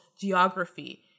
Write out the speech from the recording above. geography